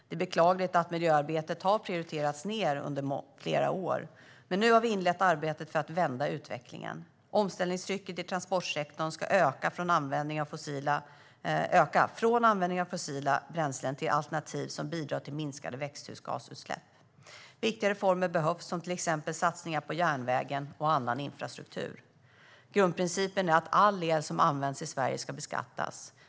Det är beklagligt att miljöarbetet har prioriterats ned under flera år, men nu har vi inlett arbetet för att vända utvecklingen. Omställningstrycket i transportsektorn, från användning av fossila bränslen till alternativ som bidrar till minskade växthusgasutsläpp, ska öka. Viktiga reformer behövs, som till exempel satsningar på järnvägen och annan infrastruktur. Grundprincipen är att all el som används i Sverige ska beskattas.